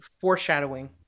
foreshadowing